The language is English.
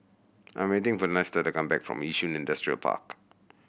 I'm waiting for Nestor to come back from Yishun Industrial Park